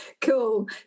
Cool